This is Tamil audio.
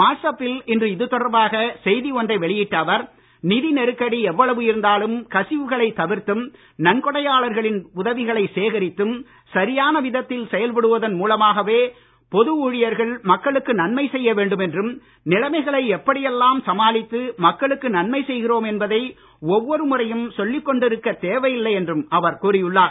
வாட்ஸ்ஆப்பில் இன்று இதுதொடர்பாக செய்தி ஒன்றை வெளியிட்ட அவர் நிதிநெருக்கடி எவ்வளவு இருந்தாலும் கசிவுகளை தவிர்த்தும் நன்கொடையாளர்களின் உதவிகளை சேகரித்தும் சரியான விதத்தில் செயல்படுவதன் மூலமாகவே பொது ஊழியர்கள் மக்களுக்கு நன்மை செய்ய வேண்டும் என்றும் நிலைமைகளை எப்படி எல்லாம் சமாளித்து மக்களுக்கு நன்மை செய்கிறோம் என்பதை ஒவ்வொரு முறையும் சொல்லிக் கொண்டிருக்கத் தேவையில்லை என்றும் அவர் கூறியுள்ளார்